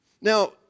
Now